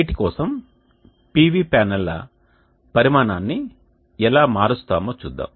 వీటి కోసం PV ప్యానెల్ల పరిమాణాన్ని ఎలా మారుస్తామో చూద్దాం